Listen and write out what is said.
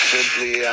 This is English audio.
Simply